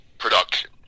production